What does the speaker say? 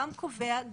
גם קובע,